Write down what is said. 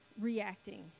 reacting